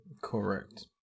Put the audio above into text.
Correct